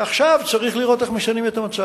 עכשיו, צריך לראות איך משנים את המצב.